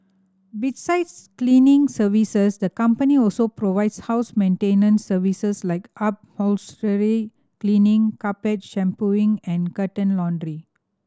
besides cleaning services the company also provides house maintenance services like upholstery cleaning carpet shampooing and curtain laundry